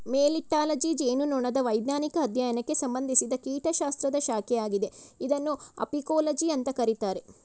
melittology ಜೇನುನೊಣದ ವೈಜ್ಞಾನಿಕ ಅಧ್ಯಯನಕ್ಕೆ ಸಂಬಂಧಿಸಿದ ಕೀಟಶಾಸ್ತ್ರದ ಶಾಖೆಯಾಗಿದೆ ಇದನ್ನು ಅಪಿಕೋಲಜಿ ಅಂತ ಕರೀತಾರೆ